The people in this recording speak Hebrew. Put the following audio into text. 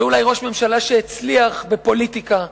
זה אולי ראש ממשלה שהצליח בפוליטיקה,